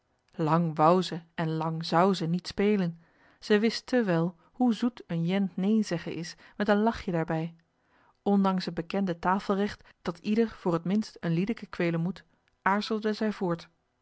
wou ze en lang zou ze niet spelen zij wist te wel hoe zoet een jent neen zeggen is met een lachje daarbij ondanks het bekende tafelregt dat ieder voor het minst een liedeke kwelen moet aarzelde zij voort